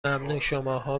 ممنونشماها